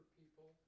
people